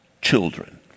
children